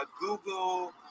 Google